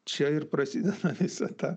čia ir prasideda visa ta